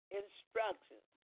instructions